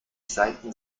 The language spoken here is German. seiten